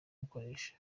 mukoresha